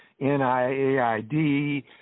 NIAID